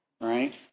Right